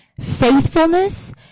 faithfulness